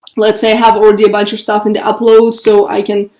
let's say i have already a bunch of stuff into upload. so i can,